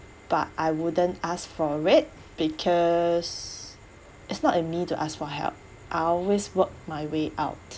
but I wouldn't ask for it because it's not in me to ask for help I always work my way out